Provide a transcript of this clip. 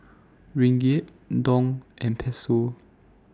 Ringgit Dong and Peso